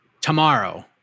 tomorrow